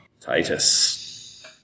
Titus